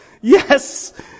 Yes